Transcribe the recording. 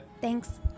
Thanks